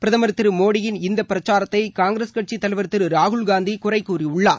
பிரதமர் திரு மோடியின் இந்த பிரச்சாரத்தை காங்கிரஸ் கட்சி தலைவர் திரு ராகுல்காந்தி குறைகூறியுள்ளார்